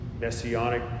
messianic